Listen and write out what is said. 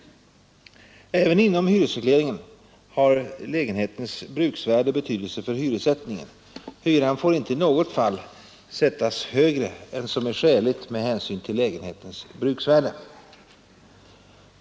Även inom hyresregleringen har lägenhetens bruksvärde betydelse för hyressättningen. Hyran får ej i något fall sättas högre än som är skäligt med hänsyn till lägenhetens bruksvärde.